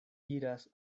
iras